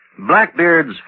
Blackbeard's